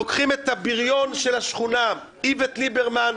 לוקחים את הבריון של השכונה, איווט ליברמן,